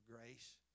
grace